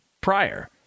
prior